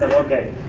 okay,